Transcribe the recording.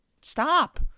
stop